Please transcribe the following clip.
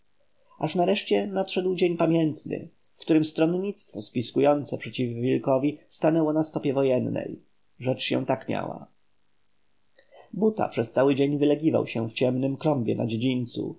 aż nareszcie nadszedł dzień pamiętny w którym stronnictwo spiskujące przeciw wilkowi stanęło na stopie wojennej rzecz tak się miała buta przez cały dzień wylegiwał się w ciemnym klombie na dziedzińcu